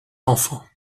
enfants